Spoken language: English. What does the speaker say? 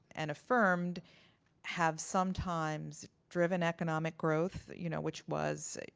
and affirmed have sometimes driven economic growth, you know which was